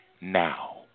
now